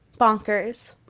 bonkers